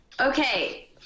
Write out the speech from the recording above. Okay